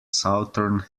southern